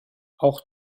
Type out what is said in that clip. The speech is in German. auch